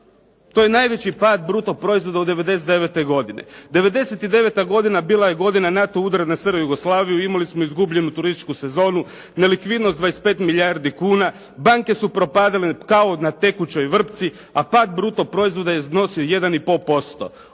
to je najveći pad bruto proizvoda od '99. godine. '99. godina bila je godina NATO udara na SR Jugoslaviju, imali smo izgubljenu turističku sezonu, nelikvidnost 25 milijardi kuna, banke su propadale kao ne tekućoj vrpci, a pad bruto proizvoda je iznosio 1,5%.